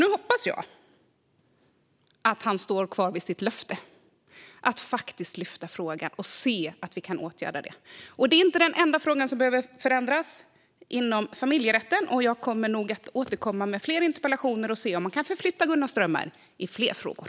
Nu hoppas jag att han står fast vid sitt löfte att faktiskt lyfta fram frågan och se till att vi kan åtgärda detta. Detta är inte den enda fråga som behöver förändras inom familjerätten, och jag kommer nog att återkomma med fler interpellationer och se om man kan förflytta Gunnar Strömmer i fler frågor.